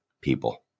people